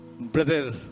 brother